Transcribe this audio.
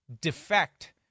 defect